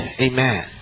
Amen